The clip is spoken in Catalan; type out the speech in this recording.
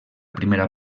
primera